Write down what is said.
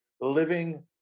living